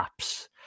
apps